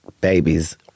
babies